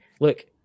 Look